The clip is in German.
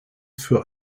für